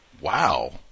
wow